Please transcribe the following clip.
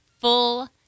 full